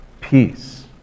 peace